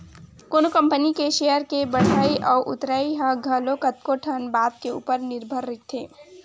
कोनो कंपनी के सेयर के बड़हई अउ उतरई ह घलो कतको ठन बात के ऊपर निरभर रहिथे